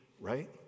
right